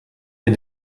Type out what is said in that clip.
est